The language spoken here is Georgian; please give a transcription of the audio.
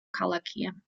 ქალაქია